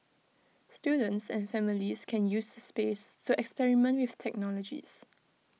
students and families can use the space to experiment with technologies